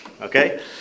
Okay